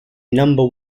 number